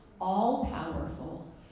all-powerful